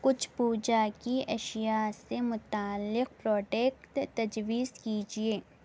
کچھ پوجا کی اشیاء سے متعلق پروڈکٹ تجویز کیجئے